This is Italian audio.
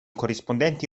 corrispondenti